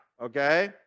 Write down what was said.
okay